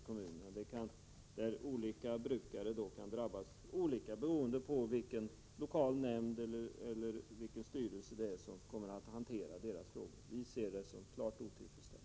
Därigenom kan olika brukare drabbas på olika sätt beroende på vilken lokal nämnd eller styrelse som kommer att hantera deras resp. frågor. Vi ser det som otillfredsställande.